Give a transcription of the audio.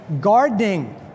gardening